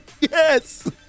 Yes